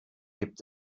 gibt